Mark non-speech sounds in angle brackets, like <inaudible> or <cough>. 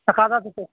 একা একা <unintelligible>